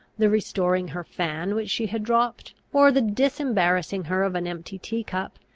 the restoring her fan which she had dropped, or the disembarrassing her of an empty tea-cup,